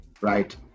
Right